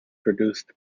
produced